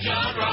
John